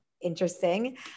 interesting